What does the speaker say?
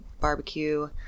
barbecue